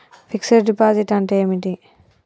Fix డ్ deposit అంటే ఏమిటి?